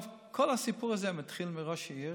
כל הסיפור הזה מתחיל מראש עיר